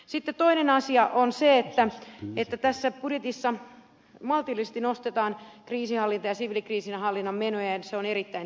sitten toinen asia on se että tässä budjetissa maltillisesti nostetaan kriisinhallinnan ja siviilikriisinhallinnan menoja ja se on erittäin tärkeä suunta